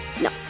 No